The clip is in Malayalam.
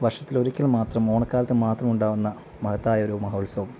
വർഷത്തിലൊരിക്കൽ മാത്രം ഓണക്കാലത്തു മാത്രം ഉണ്ടാകുന്ന മഹത്തായ ഒരു മഹോത്സവം